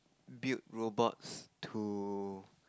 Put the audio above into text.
build robots to